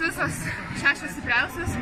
visos šešios stipriausios